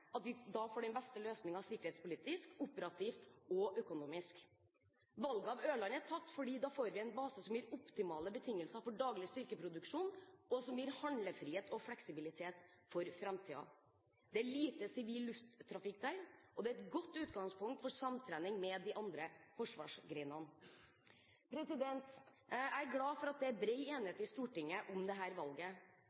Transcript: mener at da får vi den beste løsningen sikkerhetspolitisk, operativt og økonomisk. Valget av Ørland er tatt fordi vi da får en base som gir optimale betingelser for daglig styrkeproduksjon, og som gir handlefrihet og fleksibilitet for framtiden. Det er lite sivil lufttrafikk der, og det er et godt utgangspunkt for samtrening med de andre forsvarsgrenene. Jeg er glad for at det er